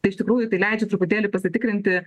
tai iš tikrųjų tai leidžia truputėlį pasitikrinti